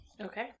Okay